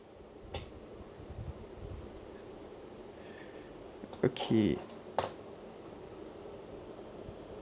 okay